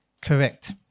correct